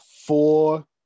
four